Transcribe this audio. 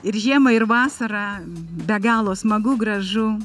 ir žiemą ir vasarą be galo smagu gražu